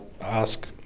ask